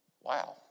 Wow